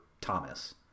Thomas